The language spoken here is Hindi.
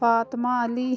फ़ातिमा अली